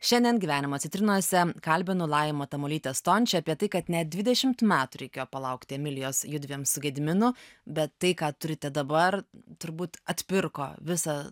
šiandien gyvenimo citrinose kalbinu laimą tamulytę stonče apie tai kad net dvidešimt metų reikėjo palaukti emilijos judviem su gediminu bet tai ką turite dabar turbūt atpirko visą